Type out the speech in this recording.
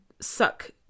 suck